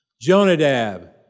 Jonadab